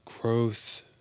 Growth